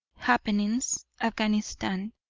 happenings afghanistan,